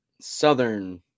southern